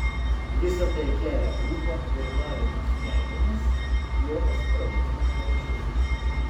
visa tai kelia ūpą ir lavina smegenis juokas pravėdina plaučius